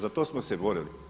Za to smo se borili.